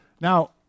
Now